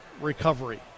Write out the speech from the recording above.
recovery